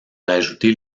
rajouter